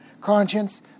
conscience